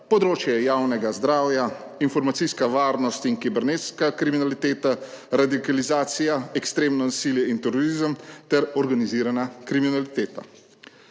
področje javnega zdravja, informacijsko varnost in kibernetsko kriminaliteto, radikalizacijo, ekstremno nasilje in terorizem ter organizirano kriminaliteto.